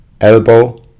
elbow